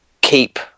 keep